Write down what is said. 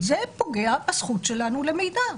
זה פוגע בזכות שלנו למידע,